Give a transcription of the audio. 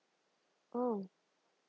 oh